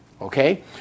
Okay